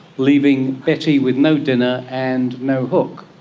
leaving betty with no dinner and no hook.